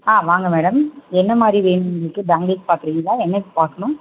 ஆ வாங்க மேடம் என்ன மாதிரி வேணும் உங்களுக்கு பேங்கிள்ஸ் பார்க்குறிங்களா என்ன பார்க்கணும்